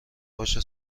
هاشو